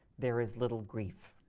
there is little grief.